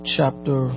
Chapter